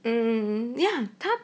um yeah